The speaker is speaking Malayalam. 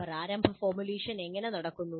പ്രാരംഭ ഫോർമുലേഷൻ എങ്ങനെ നടക്കുന്നു